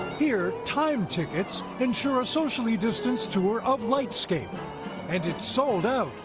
here time tickets ensure a socially distanced tour of light scape and it's sold out.